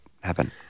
happen